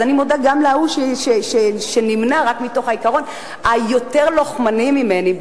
אז אני מודה גם לזה שנמנע רק מתוך העיקרון היותר לוחמני ממני,